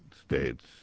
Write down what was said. states